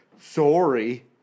sorry